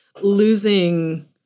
losing